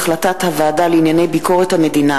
הודעה למזכירת הכנסת.